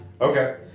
Okay